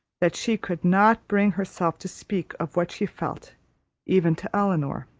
that she could not bring herself to speak of what she felt even to elinor